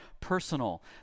personal